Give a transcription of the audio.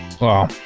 Wow